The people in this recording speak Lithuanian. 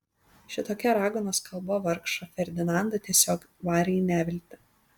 šitokia raganos kalba vargšą ferdinandą tiesiog varė į neviltį